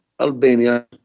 Albania